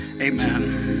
Amen